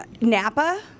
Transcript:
napa